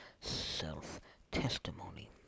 self-testimony